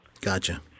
Gotcha